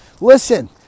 Listen